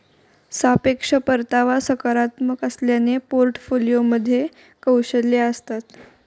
सापेक्ष परतावा सकारात्मक असल्याने पोर्टफोलिओमध्ये कौशल्ये असतात